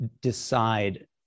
decide